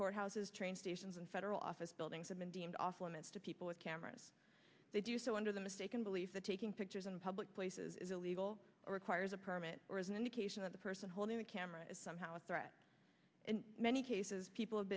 courthouses train stations and federal office buildings have been deemed off limits to people with cameras they do so under the mistaken belief that taking pictures in public places is illegal or requires a permit or is an indication that the person holding the camera is somehow a threat in many cases people have